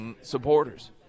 supporters